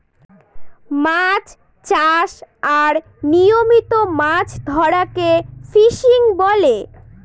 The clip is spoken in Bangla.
মাছ চাষ আর নিয়মিত মাছ ধরাকে ফিসিং বলে